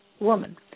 woman